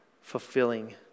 fulfilling